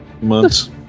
months